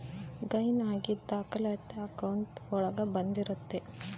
gain ಆಗಿದ್ ದಾಖಲಾತಿ account ಒಳಗ ಬಂದಿರುತ್ತೆ